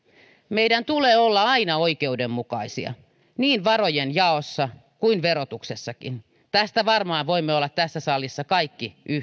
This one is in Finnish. meidän tulee olla aina oikeudenmukaisia niin varojen jaossa kuin verotuksessakin tästä varmaan voimme olla tässä salissa kaikki yhtä